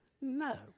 No